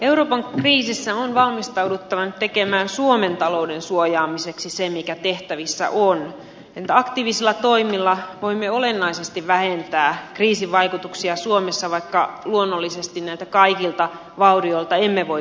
euroopan kriisissä on valmistauduttava nyt tekemään suomen talouden suojaamiseksi se mikä tehtävissä on ja miten aktiivisilla toimilla voimme olennaisesti vähentää kriisin vaikutuksia suomessa vaikka luonnollisesti näiltä kaikilta vaurioilta emme voi välttyä